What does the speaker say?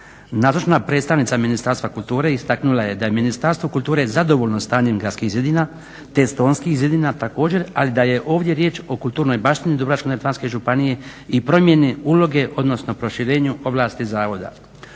Nazočna predstavnica Ministarstva kulture istaknula je da je Ministarstvo kulture zadovoljno stanjem gradskih zidina te Stonskih zidina također ali da je ovdje riječ o kulturnoj baštini Dubrovačko-neretvanske županije i promjeni uloge odnosno proširenju ovlasti zavoda.